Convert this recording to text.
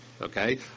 okay